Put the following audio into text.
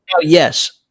Yes